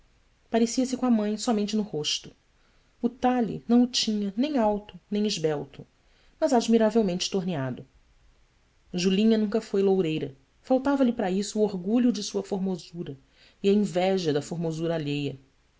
galante parecia se com a mãe somente no rosto o talhe não o tinha nem alto nem esbelto mas admiravelmente torneado julinha nunca foi loureira faltava-lhe para isso o orgulho de sua formosura e a inveja da formosura alheia